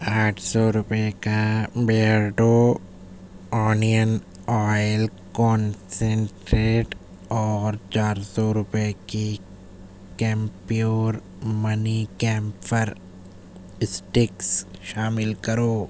آٹھ سو روپئے کا بیئرڈو آنین آئل کانسنٹریٹ اور چار سو روپئے کی کیمپیور منی کینفر اسٹکس شامل کرو